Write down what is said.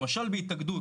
למשל בהתאגדות